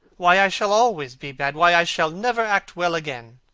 why i shall always be bad. why i shall never act well again.